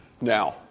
now